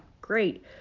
Great